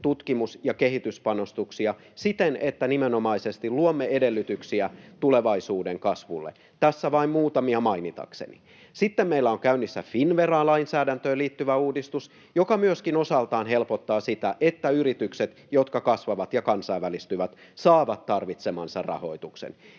tutkimus- ja kehityspanostuksia siten, että nimenomaisesti luomme edellytyksiä tulevaisuuden kasvulle — tässä vain muutamia mainitakseni. Sitten meillä on käynnissä Finnveran lainsäädäntöön liittyvä uudistus, joka myöskin osaltaan helpottaa sitä, että yritykset, jotka kasvavat ja kansainvälistyvät, saavat tarvitsemansa rahoituksen.